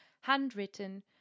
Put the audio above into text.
handwritten